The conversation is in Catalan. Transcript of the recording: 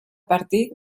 partir